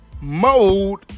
Mode